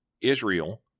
Israel